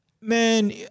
man